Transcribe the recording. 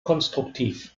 konstruktiv